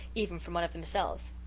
even from one of themselves.